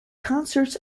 consorts